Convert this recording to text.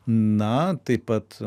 na taip pat